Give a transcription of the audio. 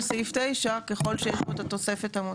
סעיף 9 ככול שיש פה את התוספת המוצעת.